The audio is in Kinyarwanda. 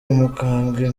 umukambwe